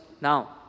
now